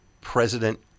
President